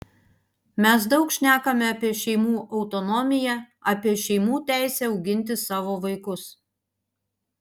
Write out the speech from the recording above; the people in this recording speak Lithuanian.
mes daug šnekame apie šeimų autonomiją apie šeimų teisę auginti savo vaikus